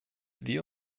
wir